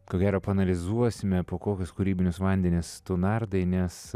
ko gero paanalizuosime po kokius kūrybinius vandenis tu nardai nes